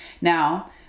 Now